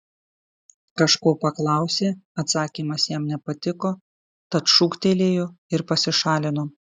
kažko paklausė atsakymas jam nepatiko tad šūktelėjo ir pasišalino